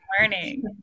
Morning